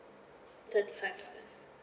thirty five dollars